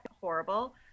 horrible